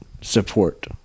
support